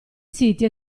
siti